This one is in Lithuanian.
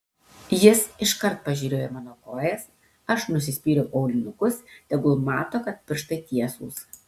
jis iškart pažiūrėjo į mano kojas aš nusispyriau aulinukus tegul mato kad pirštai tiesūs